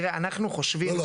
לא, לא.